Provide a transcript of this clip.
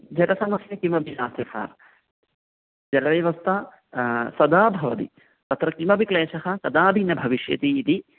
जलसमस्या किमपि नास्ति सार् जलव्यवस्था सदा भवति तत्र किमपि क्लेशः कदापि न भविष्यति इति